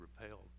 repelled